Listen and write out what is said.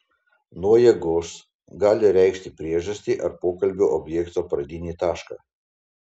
nuo jėgos gali reikšti priežastį ar pokalbio objekto pradinį tašką